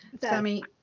Sammy